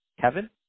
Kevin